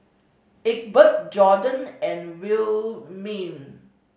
Egbert Jorden and Wilhelmine